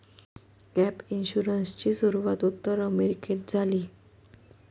gap इन्शुरन्सची सुरूवात उत्तर अमेरिकेत झाली